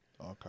Okay